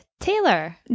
Taylor